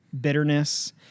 bitterness